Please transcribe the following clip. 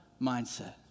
mindset